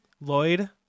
Lloyd